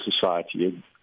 society